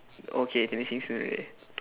okay finishing soon already